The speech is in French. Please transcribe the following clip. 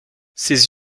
ses